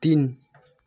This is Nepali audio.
तिन